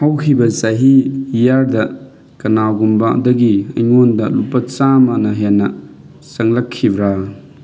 ꯍꯧꯈꯤꯕ ꯆꯍꯤ ꯏꯌꯥꯔꯗ ꯀꯅꯥꯒꯨꯝꯕꯗꯒꯤ ꯑꯩꯉꯣꯟꯗ ꯂꯨꯄꯥ ꯆꯥꯝꯃꯅ ꯍꯦꯟꯅ ꯆꯪꯂꯛꯈꯤꯕ꯭ꯔꯥ